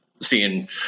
seeing